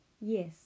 Yes